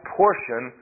portion